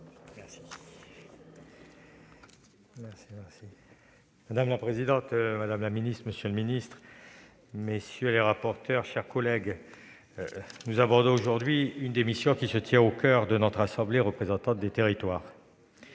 Benarroche. Madame la présidente, madame la ministre, monsieur le secrétaire d'État, mes chers collègues, nous abordons aujourd'hui l'une des missions qui se tient au coeur de notre assemblée représentante des territoires.